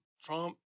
Trump